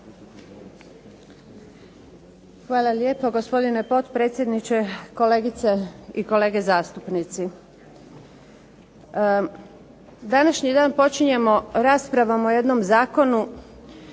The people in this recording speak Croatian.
Hvala lijepa gospodine potpredsjedniče, kolegice i kolege zastupnici. Današnji dan počinjemo raspravom o jednom zakonu